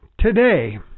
today